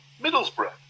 Middlesbrough